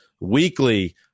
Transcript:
weekly